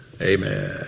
Amen